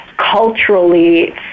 Culturally